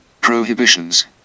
prohibitions